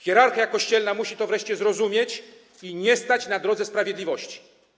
Hierarchia kościelna musi to wreszcie zrozumieć i nie stać na drodze do sprawiedliwości.